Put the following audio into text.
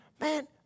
Man